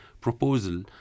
proposal